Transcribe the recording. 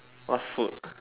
what food